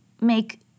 make